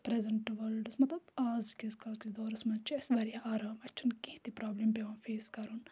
eight present وٲرلڈَس مَطلَب آزکِس کَال کِس دورَس منٛز چھِ اَسہِ وارِیاہ آرام اَسہِ چھِنہٕ کیٚنٛہہ تہِ پرابلِم پیٚوان فیس کَرُن